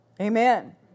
Amen